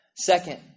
Second